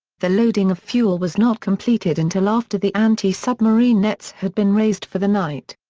the loading of fuel was not completed until after the anti-submarine nets had been raised for the night.